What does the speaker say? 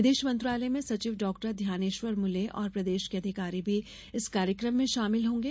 विदेश मंत्रालय में सचिव डॉक्टर ध्यानेश्वर मुले और प्रदेश के अधिकारी भी इस कार्यक्रम में शामिल होंगे